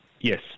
Yes